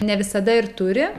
ne visada ir turi